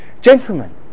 gentlemen